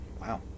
Wow